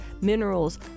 minerals